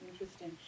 Interesting